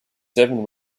seven